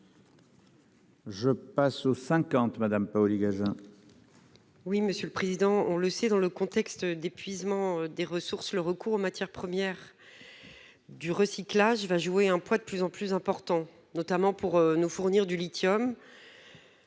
Je passe au 50 Madame Paoli-Gagin. Oui, monsieur le président, on le sait dans le contexte d'épuisement des ressources. Le recours aux matières premières. Du recyclage va jouer un poids de plus en plus important, notamment pour nous fournir du lithium.